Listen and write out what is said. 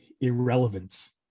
irrelevance